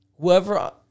whoever